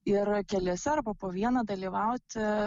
ir keliese arba po vieną dalyvauti